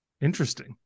Interesting